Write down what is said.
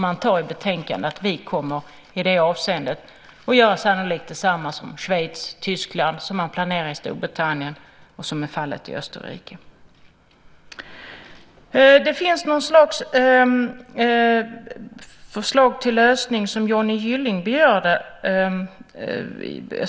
Man säger i betänkandet att vi i det avseendet sannolikt kommer att göra detsamma som Schweiz och Tyskland, som man planerar i Storbritannien och som är fallet i Österrike. Det finns ett slags förslag till lösning som Johnny Gylling berörde.